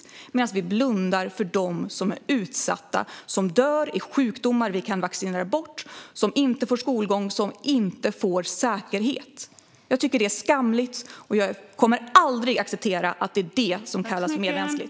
Detta medan vi blundar för dem som är utsatta, som dör i sjukdomar vi kan vaccinera bort, som inte får skolgång, som inte får säkerhet. Jag tycker att det är skamligt, och jag kommer aldrig att acceptera att det är det som kallas medmänskligt.